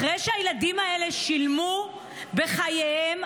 אחרי שהילדים האלה שילמו בחייהם,